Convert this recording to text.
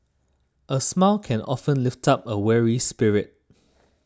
a smile can often lift up a weary spirit